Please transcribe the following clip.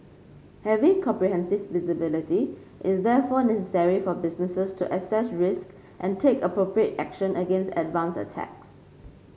having comprehensive visibility is therefore necessary for businesses to assess risks and take appropriate action against advanced attacks